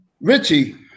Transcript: Richie